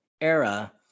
era